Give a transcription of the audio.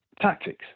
tactics